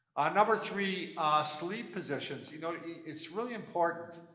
ah number three sleep positions. you know, it's really important.